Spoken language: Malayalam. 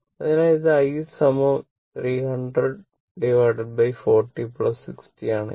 അതിനാൽ ഇത് i 30040 60 ആണെങ്കിൽ